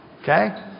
okay